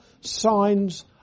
signs